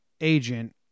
agent